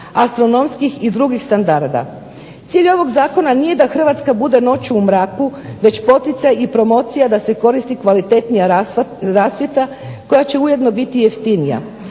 astronomskih i drugih standarda. Cilj ovog zakona nije da Hrvatska bude noću u mraku već poticaj i promocija da se koristi kvalitetnija rasvjeta koja će biti ujedno biti jeftinija.